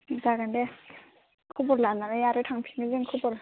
जागोन दे खबर लानानै आरो थांफिनगोन जों खबर